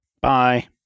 Bye